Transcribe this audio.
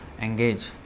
engage